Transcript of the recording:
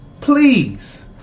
Please